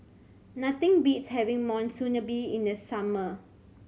nothing beats having Monsunabe in the summer